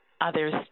others